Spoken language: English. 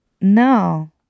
No